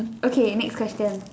okay next question